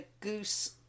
goose